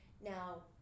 now